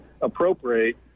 appropriate